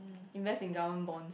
invest in government bonds